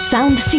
Sound